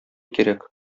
кирәк